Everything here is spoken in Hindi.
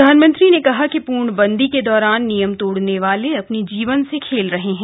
प्रधानमंत्री ने कहा कि प्रर्णबंदी के दौरान नियम तोड़ने वाले अपने जीवन से खेल रहे हैं